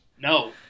No